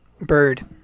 bird